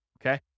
Okay